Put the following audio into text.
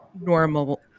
normal